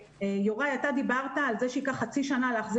יוראי להב הרצנו,